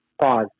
pause